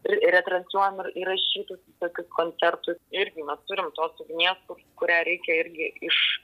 ir retransliuojam ir įrašytus visokius koncertus irgi mes turim tos ugnies kur kurią reikia irgi iš